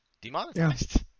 demonetized